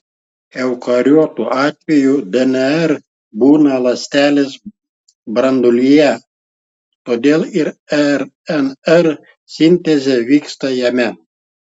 eukariotų atveju dnr būna ląstelės branduolyje todėl ir rnr sintezė vyksta jame